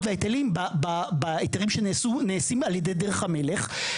וההיטלים בהיתרים שנעשים על ידי דרך המלך,